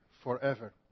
forever